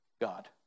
God